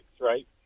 right